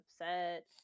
upset